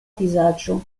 vizaĝo